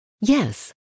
Yes